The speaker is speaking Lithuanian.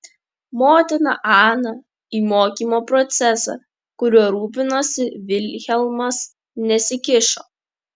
motina ana į mokymo procesą kuriuo rūpinosi vilhelmas nesikišo